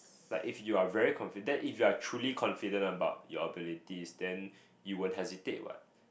like if you are very confident then if you are truly confident about your abilities then you won't hesitate what